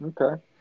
Okay